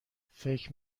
فکر